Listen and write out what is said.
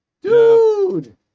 dude